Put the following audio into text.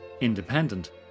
independent